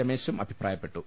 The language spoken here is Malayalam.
രമേശും അഭിപ്രായപ്പെട്ടു